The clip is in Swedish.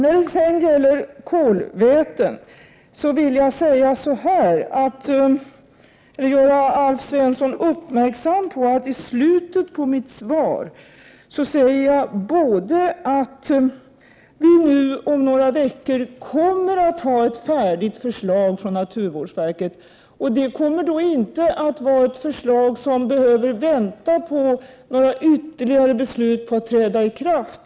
Beträffande kolväten vill jag göra Alf Svensson uppmärksam på att jag i slutet av mitt svar säger att vi får ett förslag från naturvårdsverket. När det gäller detta förslag behöver man inte vänta på ytterligare beslut för att de föreslagna åtgärderna skall träda i kraft.